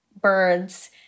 birds